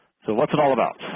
so what's it all about?